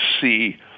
see